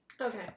Okay